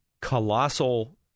colossal